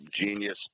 genius